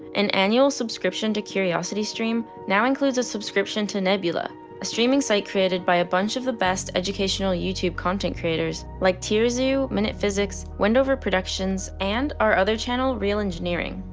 an annual subscription to curiosity stream now includes a subscription to nebula a streaming site created by a bunch of the best educational youtube content creators like tierzoo, minutephysics, wendover productions, and our other channel real engineering.